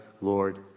Lord